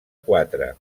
quatre